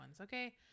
Okay